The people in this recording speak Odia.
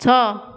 ଛଅ